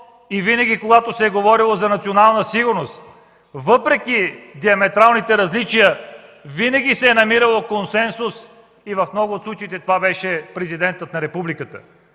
и винаги, когато се е говорило за национална сигурност, въпреки диаметралните различия, се е намирал консенсус. В много от случаите това беше Президентът на републиката.